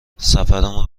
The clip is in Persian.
سفرمون